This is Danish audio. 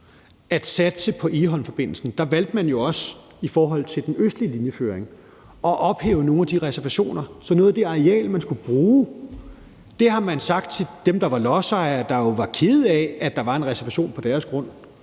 at satse på Egholmforbindelsen, valgte man jo også i forhold til den østlige linjeføring at ophæve nogle af de reservationer. Så man har i forbindelse med noget af det areal, man skulle bruge, sagt til dem, der var lodsejere og jo var kede af, at der var en reservation på deres grund: